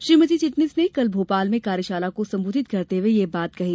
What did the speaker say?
श्रीमती चिटनिस ने कल भोपाल में कार्यशाला को संबोधित करते हुए यह बातें कहीं